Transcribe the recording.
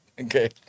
Okay